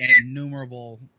innumerable